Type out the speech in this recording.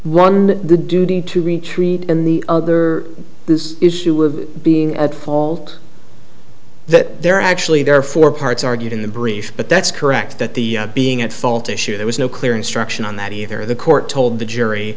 the duty to retreat in the other this issue with being at fault that there are actually there are four parts argued in the brief but that's correct that the being at fault issue there was no clear instruction on that either the court told the jury